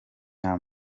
nta